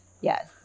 Yes